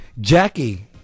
Jackie